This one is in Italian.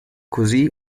così